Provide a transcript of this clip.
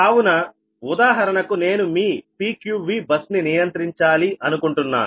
కావున ఉదాహరణకు నేను మీ PQVబస్ ని నియంత్రించాలి అనుకుంటున్నాను